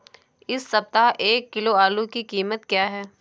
इस सप्ताह एक किलो आलू की कीमत क्या है?